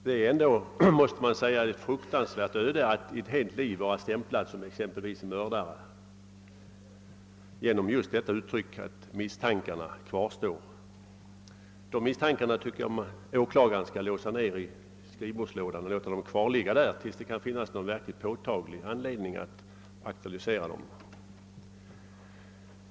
Det är ändå ett fruktansvärt öde att ett helt liv vara stämplad som exempelvis mördare genom just uttrycket att misstankarna kvarstår. De misstankarna tycker jag att åklagaren skall låsa in i skrivbordslådan och låta dem ligga där, tills påtaglig anledning finns att aktualisera dem.